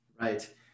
Right